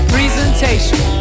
Presentation